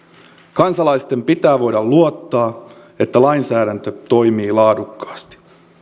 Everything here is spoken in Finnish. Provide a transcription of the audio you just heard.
kansalaisten pitää voida luottaa siihen että lainsäädäntö toimii laadukkaasti